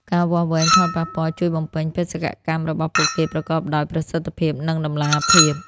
ការវាស់វែងផលប៉ះពាល់ជួយបំពេញបេសកកម្មរបស់ពួកគេប្រកបដោយប្រសិទ្ធភាព និងតម្លាភាព។